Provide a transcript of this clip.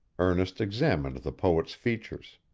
ernest examined the poet's features